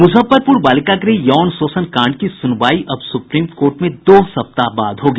मुजफ्फरपुर बालिका गृह यौन शोषण कांड की सुनवाई अब सुप्रीम कोर्ट में दो सप्ताह बाद होगी